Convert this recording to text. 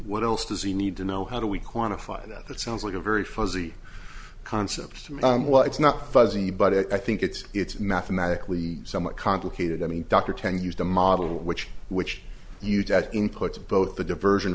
what else does he need to know how do we quantify that that sounds like a very fuzzy concept to me it's not fuzzy but i think it's it's mathematically somewhat complicated i mean dr ten used a model which which you get in puts both the diversion